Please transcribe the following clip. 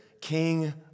king